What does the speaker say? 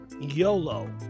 YOLO